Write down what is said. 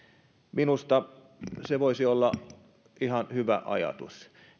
minusta olla ihan hyvä ajatus